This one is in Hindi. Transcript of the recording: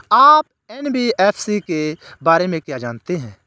आप एन.बी.एफ.सी के बारे में क्या जानते हैं?